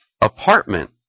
apartment